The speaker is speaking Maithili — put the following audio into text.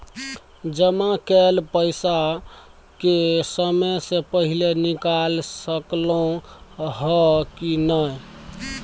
जमा कैल पैसा के समय से पहिले निकाल सकलौं ह की नय?